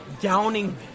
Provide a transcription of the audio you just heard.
downing